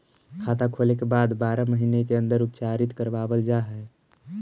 खाता खोले के बाद बारह महिने के अंदर उपचारित करवावल जा है?